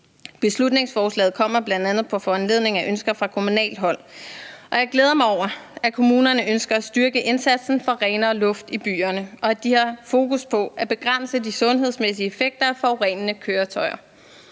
Beslutningsforslaget kommer bl.a. på foranledning af ønsker fra kommunalt hold, og jeg glæder mig over, at kommunerne ønsker at styrke indsatsen for renere luft i byerne, og at de har fokus på at begrænse de sundhedsmæssige effekter af forurenende køretøjer.